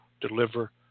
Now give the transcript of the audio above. deliver